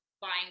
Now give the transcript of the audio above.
buying